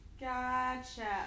Gotcha